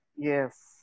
yes